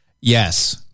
yes